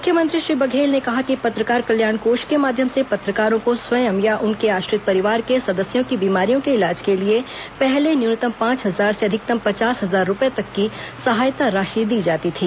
मुख्यमंत्री श्री बघेल ने कहा कि पत्रकार कल्याण कोष के माध्यम से पत्रकारों को स्वयं या उनके आश्रित परिवार के सदस्यों की बीमारियों के इलाज के लिए पहले न्यूनतम पांच हजार से अधिकतम पचास हजार रूपए तक की सहायता राशि दी जाती थी